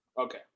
Okay